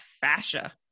fascia